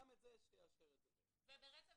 ברצף